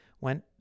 went